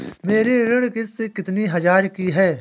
मेरी ऋण किश्त राशि कितनी हजार की है?